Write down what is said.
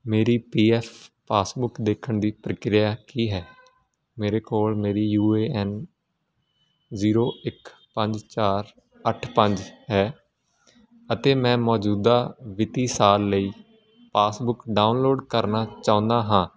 ਮੇਰੀ P F passbook ਦੇਖਣ ਦੀ ਪ੍ਰਕਿਰਿਆ ਕੀ ਹੈ ਮੇਰੇ ਕੋਲ ਮੇਰੀ ਯੂ ਏ ਐੱਨ ਜ਼ੀਰੋ ਇੱਕ ਪੰਜ ਚਾਰ ਅੱਠ ਪੰਜ ਹੈ ਅਤੇ ਮੈਂ ਮੌਜੂਦਾ ਵਿੱਤੀ ਸਾਲ ਲਈ ਪਾਸਬੁੱਕ ਡਾਊਨਲੋਡ ਕਰਨਾ ਚਾਹੁੰਦਾ ਹਾਂ